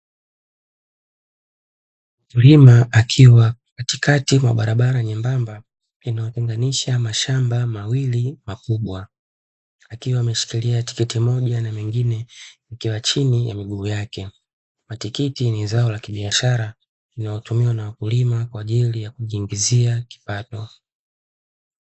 Mkulima akiwa katikati wa barabara nyembamba inayotenganisha mashamba mawili makubwa akiwa ameshikilia tikiti moja na mengine yako chini ya miguu yake. Matikiti ni zao la kibiashara linaotumiwa na wakulima kwa ajili ya kujiingizia kipato.